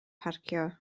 parcio